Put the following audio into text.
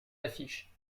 affiches